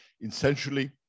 Essentially